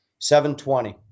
720